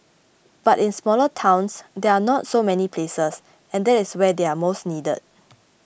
but in smaller towns there are not so many places and that is where they are most needed